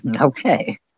Okay